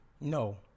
No